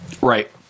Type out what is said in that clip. Right